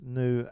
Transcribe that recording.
nu